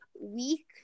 week